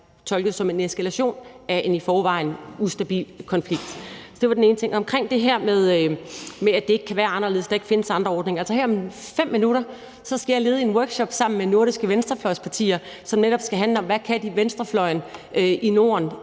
tolkes som en eskalation af en i forvejen ustabil konflikt. Det var den ene ting. Med hensyn til det her med, at det ikke kan være anderledes, og at der ikke findes andre ordninger, vil jeg sige, at her om 5 minutter skal jeg sammen med nordiske venstrefløjspartier lede en workshop, som netop skal handle om, hvad venstrefløjen i Norden